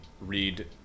read